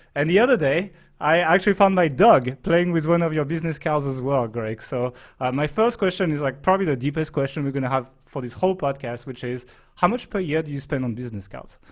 and the other day i actually found my dog playing with one of your business cards as well greg. so my first question is like probably the deepest question we're gonna have for this whole podcast, which which is how much per year do you spend on business cards?